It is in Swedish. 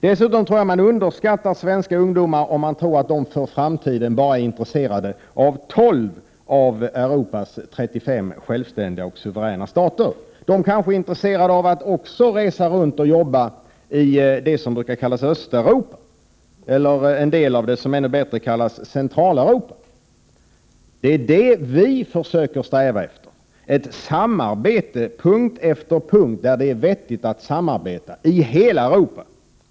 Dessutom tror jag att man underskattar svenska ungdomar, om man tror att de i framtiden bara skulle vara intresserade av 12 av Europas 35 självständiga och suveräna stater. Ungdomarna kanske också är intresserade av att resa runt och jobba i det som brukar kallas Östeuropa, eller den del som med ett finare ord kallas Centraleuropa. Vad vi således strävar efter är ett samarbete på område efter område, där det är vettigt att samarbeta. Det gäller då hela Europa.